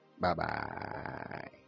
Bye-bye